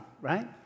right